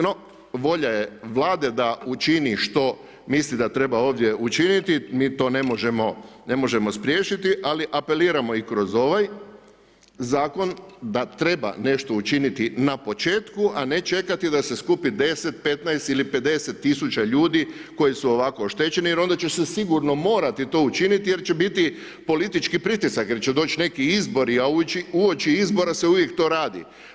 No volja je Vlade da učini što misli da treba ovdje učiniti, mi to ne možemo spriječiti, ali apeliramo i kroz ovaj zakon da treba nešto učiniti na početku, a ne čekati da se skupi 10, 15 ili 50 tisuća ljudi koji su ovako oštećeni jer onda će se sigurno morati to učiniti jer će biti politički pritisak jer će doći neki izbori, a uoči izbora se uvijek to radi.